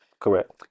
Correct